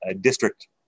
district